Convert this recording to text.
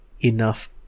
enough